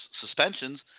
suspensions